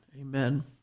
Amen